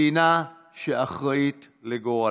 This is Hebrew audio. מדינה שאחראית לגורלה.